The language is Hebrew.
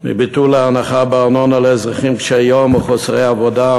מביטול ההנחה בארנונה לאזרחים קשי-יום מחוסרי עבודה?